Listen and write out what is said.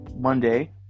Monday